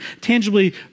tangibly